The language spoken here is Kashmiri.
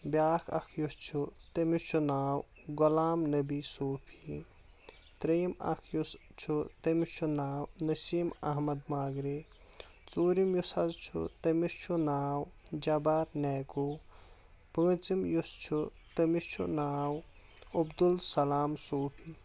بیاکھ اکھ یُس چھُ تٔمِس چھُ ناو غلام نٔبی صوفی تریٚیِم اکھ یُس چھُ تٔمِس چھُ ناو نسیٖم احمد ماگرے ژورِم یُس حظ چھُ تٔمِس چھُ ناو جبار نایکوٗ پونٛژِم یُس چھُ تٔمِس چھُ ناو عبد السلام صوفی